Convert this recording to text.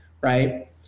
right